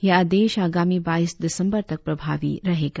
यह आदेश आगामी बाईस दिसंबर तक प्रभावी रहेगा